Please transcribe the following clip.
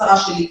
השרה שלי כמובן.